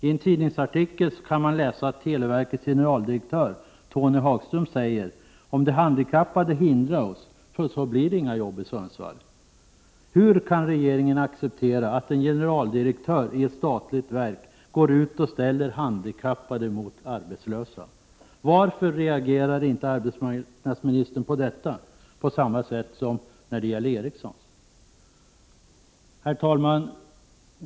I en tidningsartikel kan man läsa följande uttalande av televerkets generaldirektör Tony Hagström: ”Om de handikappade hindrar oss blir det inga jobb i Sundsvall.” Hur kan regeringen acceptera att en generaldirektör i ett statligt verk går ut och ställer handikappade mot arbetslösa? Varför reagerar inte arbetsmarknadsministern på detta på samma sätt som då det gäller Ericsson? Herr talman!